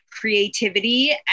creativity